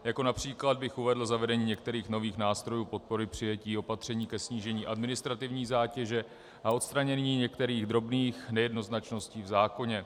Jako příklad bych uvedl zavedení některých nových nástrojů podpory, přijetí opatření ke snížení administrativní zátěže a odstranění některých drobných nejednoznačností v zákoně.